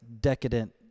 decadent